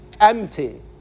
empty